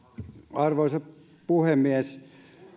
arvoisa puhemies